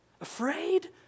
Afraid